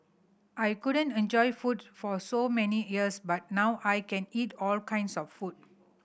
I couldn't enjoy food for so many years but now I can eat all kinds of food